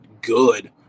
good